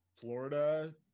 Florida